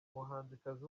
umuhanzikazi